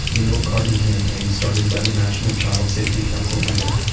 the milk carton campaign started by the national child safety council ended.